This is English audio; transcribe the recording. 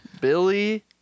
Billy